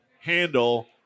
handle